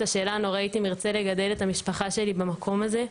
השאלה הנוראית אם ארצה לגדל את המשפחה שלי במקום הזה".